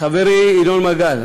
חברי ינון מגל,